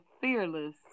fearless